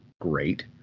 great